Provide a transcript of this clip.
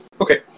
Okay